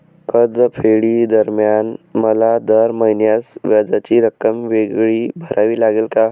कर्जफेडीदरम्यान मला दर महिन्यास व्याजाची रक्कम वेगळी भरावी लागेल का?